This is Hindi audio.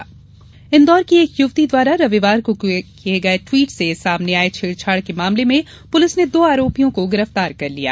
युवती छेड़छाड़ इंदौर की एक युवती द्वारा रविवार को किये गये ट्वीट से सामने आये छेड़छाड़ के मामले में पुलिस ने दो आरोपियों को गिरफ्तार कर लिया